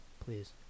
Please